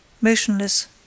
motionless